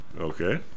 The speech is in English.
Okay